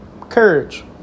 Courage